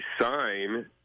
sign